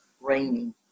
Rainy